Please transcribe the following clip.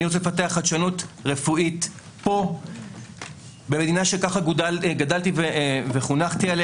אני רוצה לפתח חדשנות רפואית פה במדינה שבה גדלתי וחונכתי בה